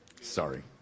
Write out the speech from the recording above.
Sorry